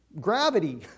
gravity